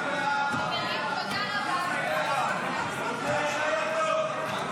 חוק ביטוח בריאות ממלכתי (תיקון מס' 72 והוראת שעה),